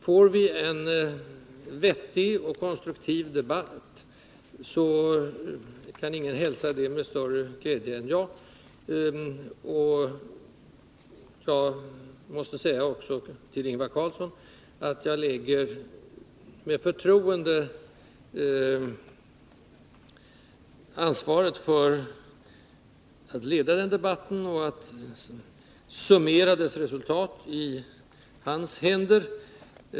Får vi en vettig och konstruktiv debatt, så kan ingen hälsa det med större glädje än jag. Till Ingvar Carlsson måste jag också säga att jag med förtroende lägger ansvaret för att leda den debatten, och summera dess resultat, i hans händer.